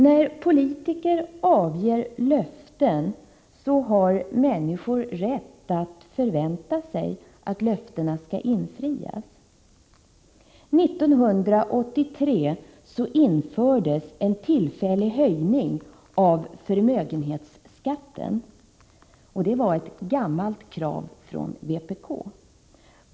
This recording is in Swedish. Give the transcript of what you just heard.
När politiker avger löften så har människor rätt att förvänta sig att löftena skall infrias. År 1983 infördes en tillfällig höjning av förmögenhetsskatten. Det var ett gammalt krav från vpk.